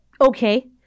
Okay